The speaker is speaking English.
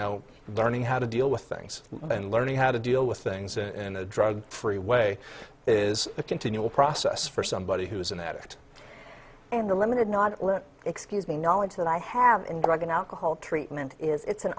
know learning how to deal with things and learning how to deal with things in a drug free way is a continual process for somebody who is an addict and limited not excuse me knowledge that i have in drug and alcohol treatment it's an